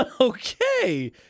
Okay